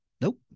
Nope